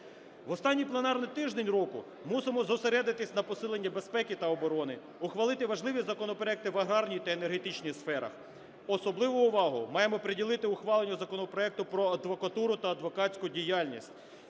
В останній пленарний тиждень року мусимо зосередитись на посиленні безпеки та оборони, ухвалити важливі законопроекти в аграрній та енергетичній сферах, особливу увагу маємо приділити ухваленню законопроекту про адвокатуру та адвокатську діяльність.